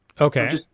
Okay